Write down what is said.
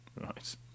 Right